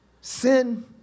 sin